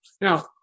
Now